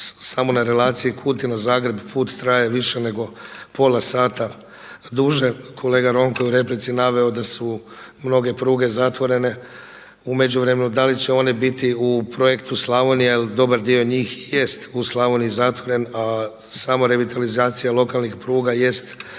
samo na relaciji Kutina-Zagreb put traje više nego pola sata duže. Kolega Ronko je u replici naveo da su mnoge pruge zatvorene u međuvremenu, da li će one biti u projektu Slavonija jer dobar dio njih jest u Slavoniji zatvoren, a samo revitalizacija lokalnih pruga jest nekakav